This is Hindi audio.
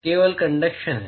केवल कनडक्शन है